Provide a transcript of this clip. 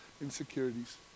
insecurities